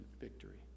victory